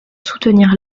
soutenir